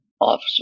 officer